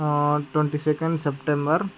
twenty second September